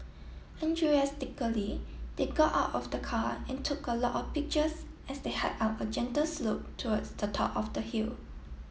Enthusiastically they got out of the car and took a lot of pictures as they hike up a gentle slope towards the top of the hill